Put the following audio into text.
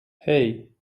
hey